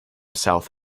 south